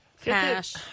cash